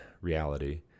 reality